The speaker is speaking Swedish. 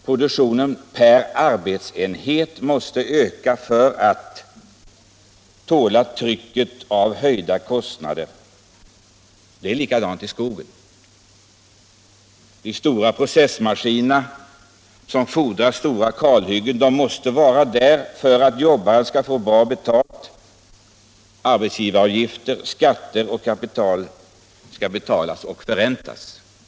Produktionen per arbetsenhet måste öka för att företaget skall tåla trycket av höjda kostnader. Det är likadant i skogen. De stora processmaskinerna, som fordrar stora kalhyggen, måste vara där för att jobbaren skall få bra betalt. Kostnaderna för arbetsgivaravgifter, skatter och lånat kapital skall betalas, och det insatta kapitalet skall förräntas.